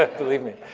but believe me.